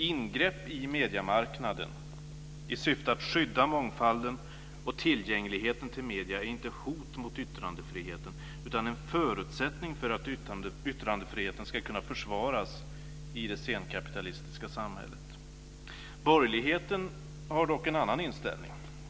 Ingrepp i mediemarknaden i syfte att skydda mångfalden och tillgängligheten till medier är inte ett hot mot yttrandefriheten, utan en förutsättning för att yttrandefriheten ska kunna försvaras i det senkapitalistiska samhället. Borgerligheten har dock en annan inställning.